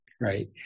right